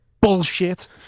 Bullshit